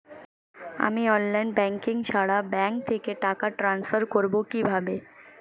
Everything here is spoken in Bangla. আমি অনলাইন ব্যাংকিং ছাড়া ব্যাংক থেকে টাকা ট্রান্সফার করবো কিভাবে?